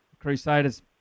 Crusaders